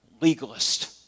legalist